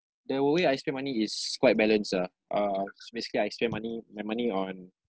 the way I spend money is quite balanced ah um so basically I spend money my money on